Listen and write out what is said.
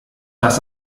das